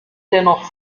dennoch